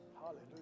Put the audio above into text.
Hallelujah